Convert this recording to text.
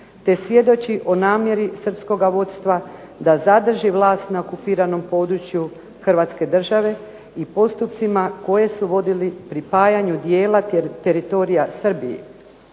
te svjedoči o namjeri srpskoga vodstva da zadrži vlast na okupiranom području hrvatske države i postupcima koje su vodili pripajanju dijela teritorija Srbiji.